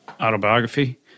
autobiography